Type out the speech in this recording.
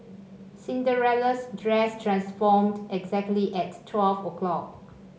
Cinderella's dress transformed exactly at twelve o'clock